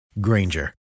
Granger